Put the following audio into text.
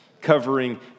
covering